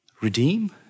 redeem